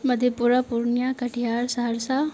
Madhepura Purnia Katihar Saharsa